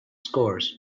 scores